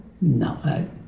No